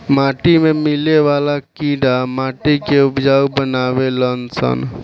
माटी में मिले वाला कीड़ा माटी के उपजाऊ बानावे लन सन